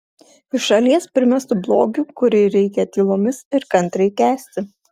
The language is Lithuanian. iš šalies primestu blogiu kurį reikia tylomis ir kantriai kęsti